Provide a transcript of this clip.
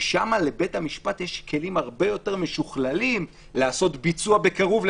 ששם לבית המשפט יש כלים הרבה יותר משוכללים לעשות ביצוע בקירוב.